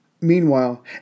Meanwhile